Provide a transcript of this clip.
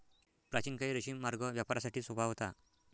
प्राचीन काळी रेशीम मार्ग व्यापारासाठी सोपा होता